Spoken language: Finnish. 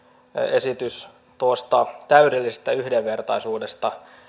esitys tuosta täydellisestä yhdenvertaisuudesta